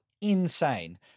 insane